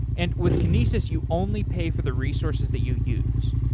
and with kinesis, you only pay for the resources that you use.